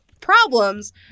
problems